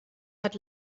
hat